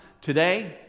Today